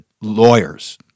lawyers